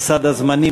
בסד הזמנים,